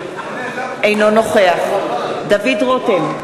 אינו נוכח דוד רותם,